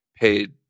paid